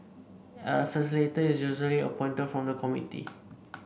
a facilitator is usually appointed from the committee